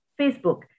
Facebook